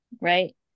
right